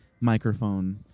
microphone